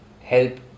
help